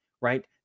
right